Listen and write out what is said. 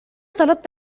طلبت